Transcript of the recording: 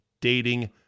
dating